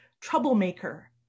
troublemaker